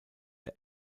der